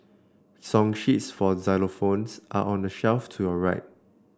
song sheets for xylophones are on the shelf to your right